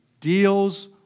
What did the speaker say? deals